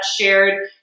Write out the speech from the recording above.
shared